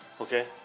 Okay